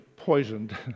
poisoned